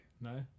No